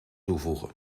toevoegen